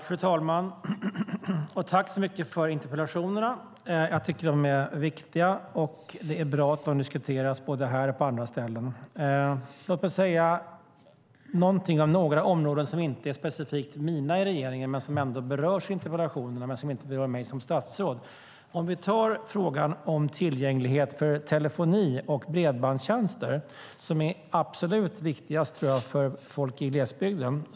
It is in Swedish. Fru talman! Tack för interpellationerna! Jag tycker att de är viktiga. Det är bra att detta diskuteras både här och på andra ställen. Låt mig säga någonting om några områden som inte är specifikt mina i regeringen men som ändå berörs i interpellationerna även om de inte berör mig som statsråd. Låt mig börja med frågan om tillgänglighet när det gäller telefoni och bredbandstjänster. Jag tror att dessa är absolut viktigast för folk i glesbygden.